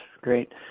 great